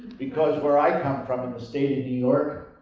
because where i come from in the state of new york,